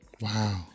Wow